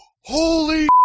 holy